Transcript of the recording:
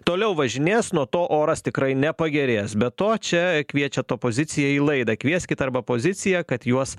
toliau važinės nuo to oras tikrai nepagerės be to čia kviečiat opoziciją į laidą kvieskit arba poziciją kad juos